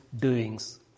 doings